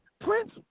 Prince